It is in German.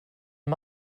und